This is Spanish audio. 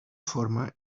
forma